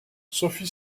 sophie